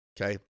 okay